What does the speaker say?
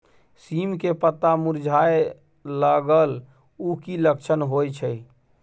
सीम के पत्ता मुरझाय लगल उ कि लक्षण होय छै?